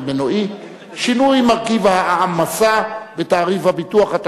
מנועי (שינוי מרכיב ההעמסה בתעריף הביטוח),